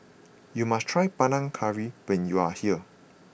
you must try Panang Curry when you are here